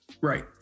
Right